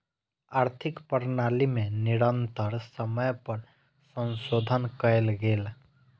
आर्थिक प्रणाली में निरंतर समय पर संशोधन कयल गेल